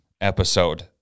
episode